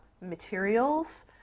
materials